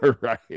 Right